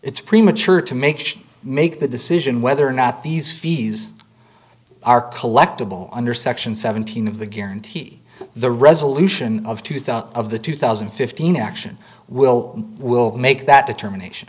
it's premature to make should make the decision whether or not these fees are collectable under section seventeen of the guarantee the resolution of two thought of the two thousand and fifteen action will we'll make that determination